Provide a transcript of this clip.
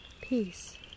Peace